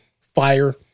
fire